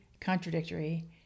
contradictory